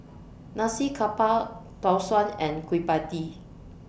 Nasi Campur Tau Suan and Kueh PIE Tee